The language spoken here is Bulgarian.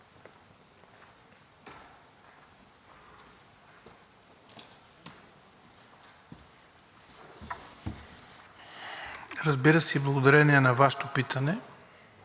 Разбира се, и благодарение на Вашето питане